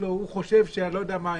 הוא חושב שלא יודע מה,